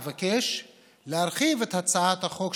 אבקש להרחיב את הצעת החוק,